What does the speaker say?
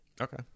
Okay